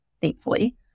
thankfully